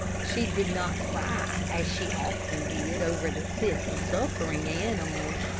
she did not cry, as she often did over the sick and suffering animals.